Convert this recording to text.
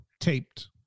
taped